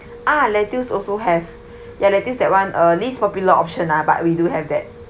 ah lettuce also have ya lettuce that [one] uh least popular option lah but we do have that